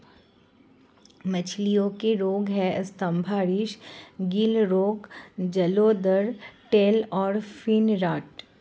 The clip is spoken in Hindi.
मछलियों के रोग हैं स्तम्भारिस, गिल रोग, जलोदर, टेल और फिन रॉट